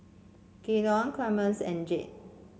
Gaylon Clemence and Jade